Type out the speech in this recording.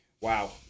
Wow